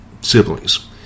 siblings